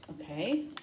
Okay